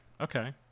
okay